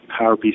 PowerPC